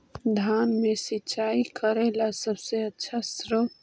धान मे सिंचाई करे ला सबसे आछा स्त्रोत्र?